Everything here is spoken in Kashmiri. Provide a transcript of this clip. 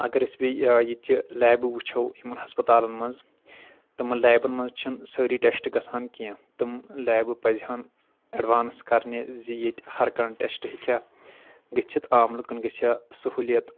اگر أسۍ بیٚیہِ ییٚتۍچہِ لیبہٕ وٕچھو یِمن ہسپتالن منٛز تٔمن لیبن منٛز چھنہٕ سأری ٹیسٹ گژھان کیٚنٛہہ تم لیبہٕ پزن ایٚڈوانس کرنہِ زِ ییٚتہِ ہر کانٛہہ ٹیسٹ ہیٚکہِ ہا گٔژھِتھ عام لُکن گژھہِ ہا سہوٗلیت